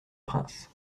prince